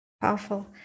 Powerful